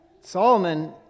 Solomon